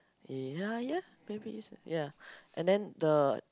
ya ya maybe it's ya and then the